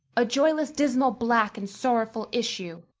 a joyless, dismal, black, and sorrowful issue!